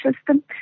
system